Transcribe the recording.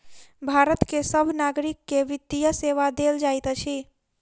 भारत के सभ नागरिक के वित्तीय सेवा देल जाइत अछि